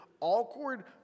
awkward